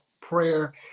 prayer